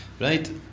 right